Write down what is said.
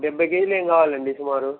డెబ్భై కేజీలేం కావాలి అండి సుమారు